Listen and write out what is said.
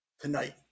tonight